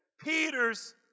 Peter's